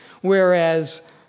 whereas